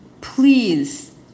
please